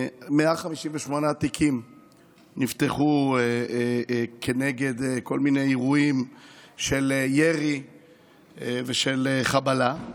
158 תיקים נפתחו כנגד כל מיני אירועים של ירי ושל חבלה.